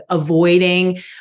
avoiding